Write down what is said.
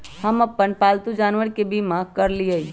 हम अप्पन पालतु जानवर के बीमा करअलिअई